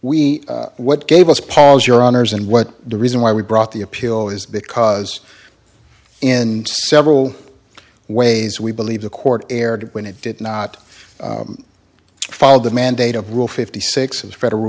we what gave us pause your honors and what the reason why we brought the appeal is because in several ways we believe the court erred when it did not follow the mandate of rule fifty six of the federal